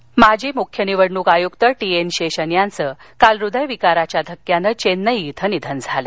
शेषन माजी मुख्य निवडणूक आयूक्त टी एन शेषन यांचं काल हृदय विकाराच्या धक्क्यानं चेन्नई इथं निधन झालं